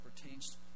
pertains